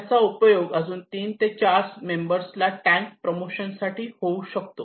त्याचा उपयोग अजून तीन ते चार मेम्बर्स ला टँक प्रमोशन साठी होऊ शकतो